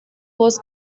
was